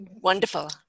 Wonderful